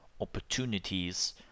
opportunities